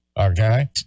okay